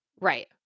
Right